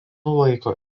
laiko